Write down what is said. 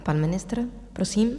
Pan ministr, prosím.